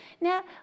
now